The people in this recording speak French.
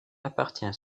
appartient